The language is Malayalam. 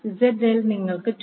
ZL നിങ്ങൾക്ക് 2